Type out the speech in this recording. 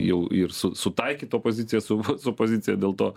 jau ir su sutaikyt opoziciją su pozicija dėl to